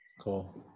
cool